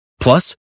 Plus